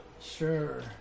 Sure